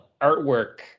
artwork